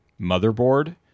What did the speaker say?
motherboard